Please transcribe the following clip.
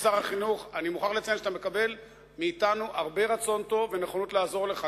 אני מוכרח לציין שאתה מקבל מאתנו הרבה רצון טוב ונכונות לעזור לך,